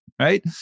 right